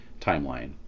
timeline